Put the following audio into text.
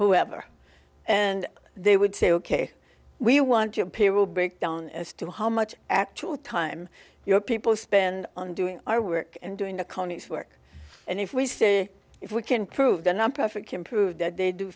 whoever and they would say ok we want to appear will break down as to how much actual time your people spend on doing our work and doing the county's work and if we say if we can prove the nonprofit can prove that they do